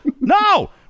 no